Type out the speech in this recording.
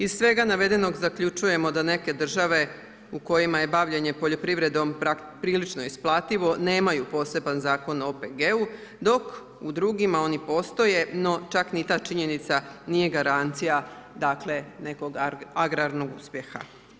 Iz svega navedenog zaključujemo da neke države u kojima je bavljenje poljoprivredom prilično isplativo, nemaju poseban zakon o OPG-u, dok u drugima oni postoje, no čak ni ta činjenica nije garancija, dakle, nekog agrarnog uspjeha.